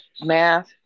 math